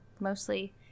mostly